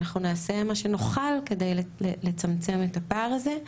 ואנחנו נעשה מה שנוכל כדי לצמצם את הפער הזה.